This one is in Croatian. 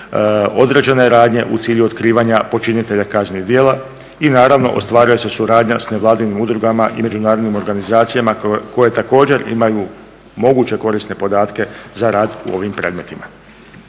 određene radnje u cilju otkrivanja počinitelja kaznenih djela i naravno, ostvaruje se suradnja s nevladinim udrugama i međunarodnim organizacijama koje također imaju moguće korisne podatke za rad u ovim predmetima.